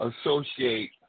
associate